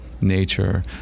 nature